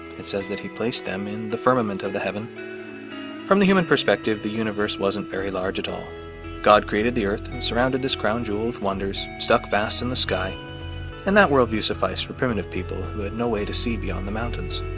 it says that he placed them in the firmament of the heaven from the human perspective the universe wasn't very large at all god created the earth and surrounded this crown jewel with wonders stuck fast in the sky and that worldview suffice for primitive people who had no way to see beyond the mountains